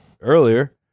earlier